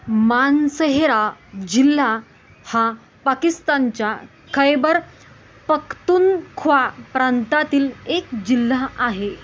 मानसेहरा जिल्हा हा पाकिस्तानच्या खैबर पक्तूनख्वा प्रांतातील एक जिल्हा आहे